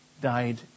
died